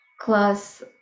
class